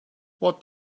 what